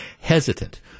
hesitant